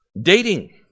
Dating